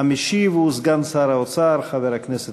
מאת חבר הכנסת